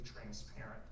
transparent